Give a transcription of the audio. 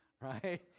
right